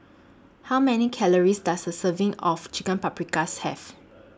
How Many Calories Does A Serving of Chicken Paprikas Have